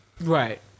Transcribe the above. Right